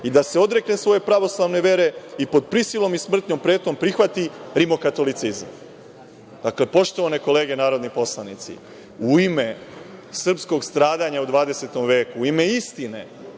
i da se odrekne svoje pravoslavne vere i pod prisilom i smrtnom pretnjom prihvati rimokatolicizam. Dakle, poštovane kolege narodni poslanici, u ime srpskog stradanja u 20. veku, u ime istine